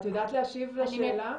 יודעת להשיב לשאלה?